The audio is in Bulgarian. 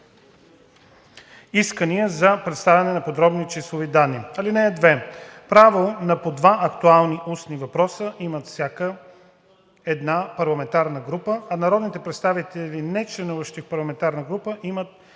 искания за предоставяне на подробни числови данни. (2) Право на по два актуални устни въпроса има всяка една парламентарна група, а народните представители, нечленуващи в парламентарна група, имат